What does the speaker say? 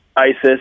Isis